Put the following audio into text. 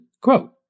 Quote